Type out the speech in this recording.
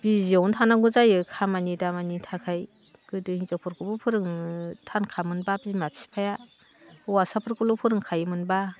बिजियावनो थानांगौ जायो खामानि दामानि थाखाय गोदो हिनजावफोरखौबो फोरोंनो थानखामोन बिमा बिफाया हौवासाफोरखौल' फोरोंखायोमोनबा